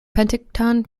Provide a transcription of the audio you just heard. penticton